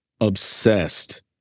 obsessed